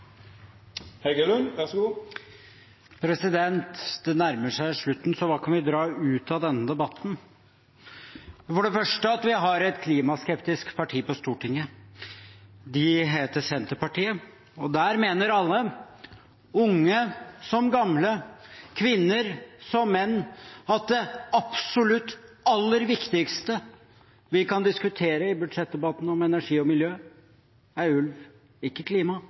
Det nærmer seg slutten – så hva kan vi dra ut av denne debatten? Det er for det første at vi har et klimaskeptisk parti på Stortinget. Det heter Senterpartiet, og der mener alle – unge som gamle, kvinner som menn – at det absolutt aller viktigste vi kan diskutere i budsjettdebatten om energi og miljø, er ulv – ikke klima,